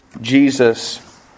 Jesus